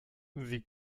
sie